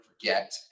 forget